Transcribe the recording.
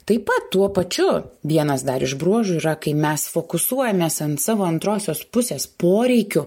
taip pat tuo pačiu vienas dar iš bruožų yra kai mes fokusuojamės ant savo antrosios pusės poreikių